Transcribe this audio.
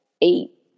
eight